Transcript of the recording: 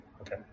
okay